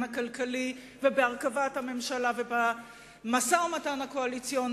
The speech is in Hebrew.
הכלכלי או בהרכבת הממשלה ובמשא-ומתן הקואליציוני,